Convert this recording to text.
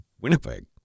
Winnipeg